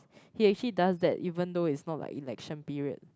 he actually does that even though is not like election period